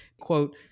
quote